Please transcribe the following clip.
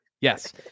Yes